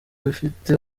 bifite